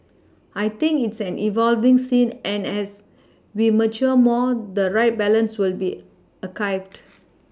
I think it's an evolving scene and as we mature more the right balance will be